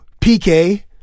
PK